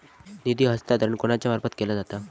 निधी हस्तांतरण कोणाच्या मार्फत केला जाता?